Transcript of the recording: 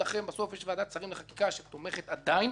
בסוף יש ועדת שרים לחקיקה שתומכת עדיין בחוק הזה.